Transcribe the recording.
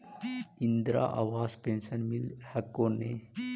इन्द्रा आवास पेन्शन मिल हको ने?